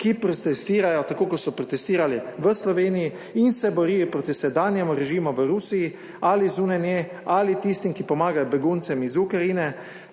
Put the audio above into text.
ki protestirajo tako kot so protestirali v Sloveniji in se borili proti sedanjemu režimu v Rusiji ali zunaj nje ali tistim, ki pomagajo beguncem iz Ukrajine.